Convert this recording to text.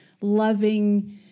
loving